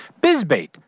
bizbait